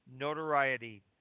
notoriety